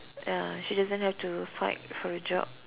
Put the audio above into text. ya she doesn't have to fight for a job